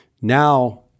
Now